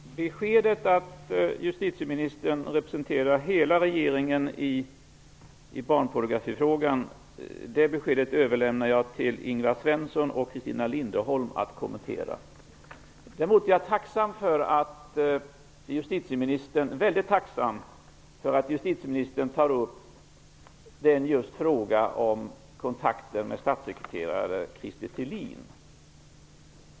Herr talman! Beskedet att justitieministern representerar hela regeringen i barnpornografifrågan överlämnar jag till Ingvar Svensson och Christina Linderholm att kommentera. Däremot är jag mycket tacksam för att justitieministern tar upp frågan om kontakten med statssekreterare Krister Thelin.